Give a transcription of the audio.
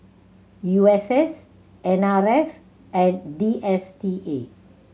U S S N R F and D S T A